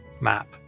map